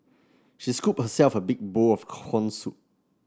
she scooped herself a big bowl of corn soup